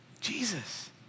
Jesus